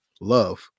love